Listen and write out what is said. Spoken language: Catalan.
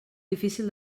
difícil